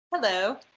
hello